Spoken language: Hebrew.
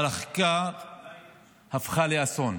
אבל החגיגה הפכה לאסון.